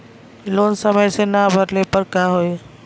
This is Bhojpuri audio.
लोन समय से ना भरले पर का होयी?